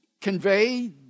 convey